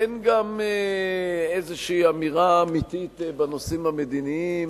אין גם איזו אמירה אמיתית בנושאים המדיניים.